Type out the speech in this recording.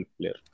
player